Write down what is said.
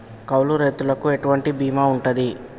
కౌలు రైతులకు ఎటువంటి బీమా ఉంటది?